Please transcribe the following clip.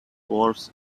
dwarves